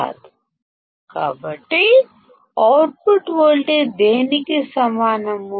కాబట్టి output voltage దేనికి సమానం